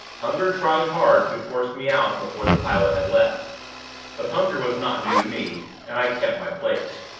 hunger tried hard to force me out before the pilot had left but hunger was not new to me, and i kept my place.